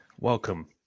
Welcome